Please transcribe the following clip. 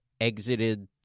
exited